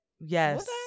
Yes